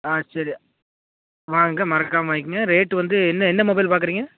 ஆ சரி வாங்க மறக்காமல் வாய்ங்கிங்க ரேட்டு வந்து என்ன என்ன மொபைல் பார்க்கறீங்க